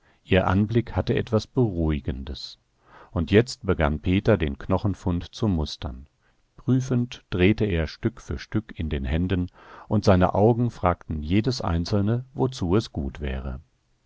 ihr anblick hatte etwas beruhigendes und jetzt begann peter den knochenfund zu mustern prüfend drehte er stück für stück in den händen und seine augen fragten jedes einzelne wozu es gut wäre